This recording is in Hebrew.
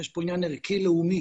יש פה עניין ערכי לאומי